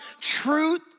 truth